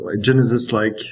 Genesis-like